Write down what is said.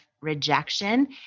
rejection